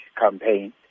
campaign